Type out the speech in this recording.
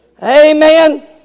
Amen